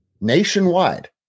nationwide